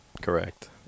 Correct